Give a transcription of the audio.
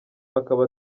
akaba